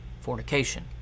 fornication